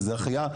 איזו החייאה,